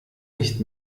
nicht